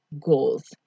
goals